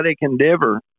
endeavor